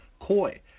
Koi